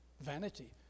Vanity